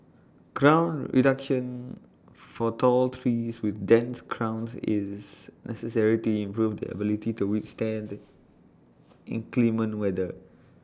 crown reduction for tall trees with dense crowns is necessary to improve their ability to withstand inclement weather